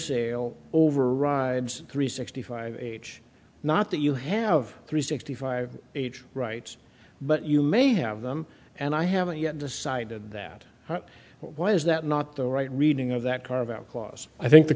sale overrides three sixty five age not that you have three sixty five age rights but you may have them and i haven't yet decided that why is that not the right reading of that carve out clause i think the